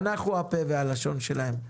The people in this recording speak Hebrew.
אנחנו הפה והלשון שלהם.